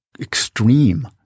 extreme